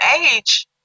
age